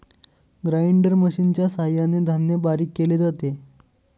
grinder मशिनच्या सहाय्याने धान्य बारीक केले जाते